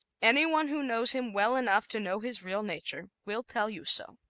any one who knows him well enough to know his real nature will tell you so.